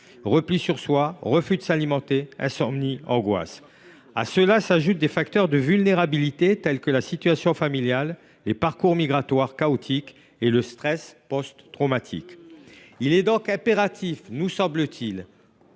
repli sur soi, refus de s’alimenter, insomnies et angoisses. À cela s’ajoutent des facteurs de vulnérabilité, comme la situation familiale, les parcours migratoires chaotiques, le stress post traumatique. Il nous semble